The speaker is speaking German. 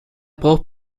braucht